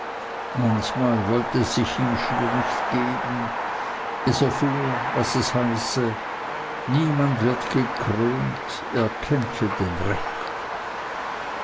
manchmal wollte es sich ihm schier nicht geben es erfuhr was es heiße niemand wird gekrönt er kämpfe denn recht